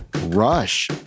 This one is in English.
Rush